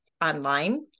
online